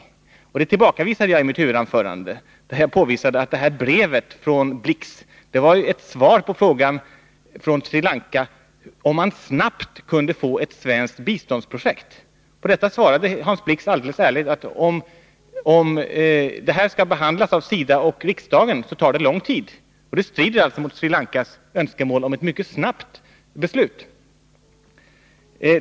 Detta påstående tillbakavisade jag i mitt huvudanförande, där jag påvisade att brevet från Hans Blix var ett svar på frågan från Sri Lanka om man snabbt kunde få ett svenskt biståndsprojekt. Hans Blix svarade helt ärligt, att om ärendet skall behandlas av SIDA och riksdagen tar det lång tid, och det stred alltså mot Sri Lankas önskemål om ett mycket snabbt beslut.